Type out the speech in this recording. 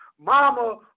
Mama